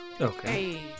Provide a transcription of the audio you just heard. Okay